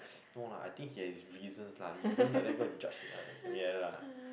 no lah I think he has his reasons lah you don't like that go and judge something like that lah